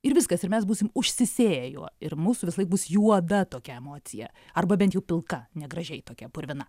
ir viskas ir mes būsim užsisėję juo ir mūsų visą laiką bus juoda tokia emocija arba bent jau pilka negražiai tokia purvina